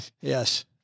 yes